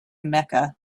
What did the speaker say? mecca